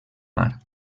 mar